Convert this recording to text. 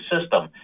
system